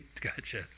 Gotcha